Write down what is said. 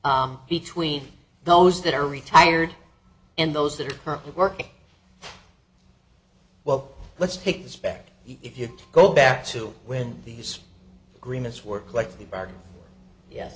between those that are retired and those that are currently working well let's take this back if you go back to when these agreements were like